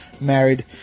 married